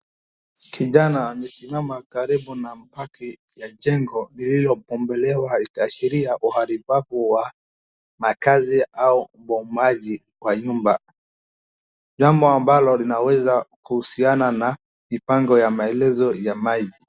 Kijana amesimama karibu na mabaki ya jengo lililobomolewa ikiashiria uharibifu wa makazi au ubomoaji wa nyumba, jambo ambalo linaweza kuhusiana na mipango ya maelezo ya maji.